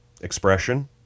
expression